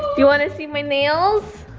you wanna see my nails?